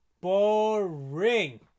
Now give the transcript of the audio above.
boring